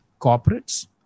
corporates